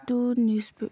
ꯑꯗꯨ ꯅ꯭ꯌꯨꯁ